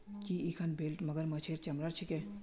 की इखन बेल्ट मगरमच्छेर चमरार छिके